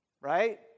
right